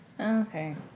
Okay